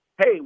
Hey